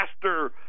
faster